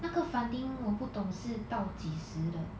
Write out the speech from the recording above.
那个 funding 我不懂是到几时的